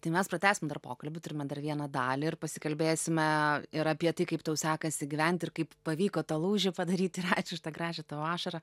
tai mes pratęsim dar pokalbį turime dar vieną dalį ir pasikalbėsime ir apie tai kaip tau sekasi gyventi ir kaip pavyko tą lūžį padaryti ir ačiū už tą gražią tavo ašarą